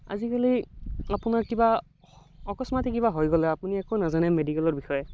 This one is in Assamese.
আজিকালি আপোনাৰ কিবা অকস্মাতে কিবা হৈ গ'লে আপুনি একো নাজানে মেডিকেলৰ বিষয়ে